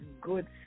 good